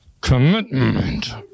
commitment